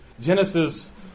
Genesis